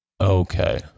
Okay